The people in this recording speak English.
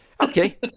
Okay